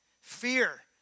Fear